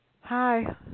Hi